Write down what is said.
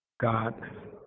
God